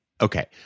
Okay